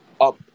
up